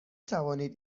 توانید